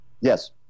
yes